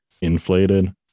inflated